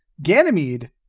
Ganymede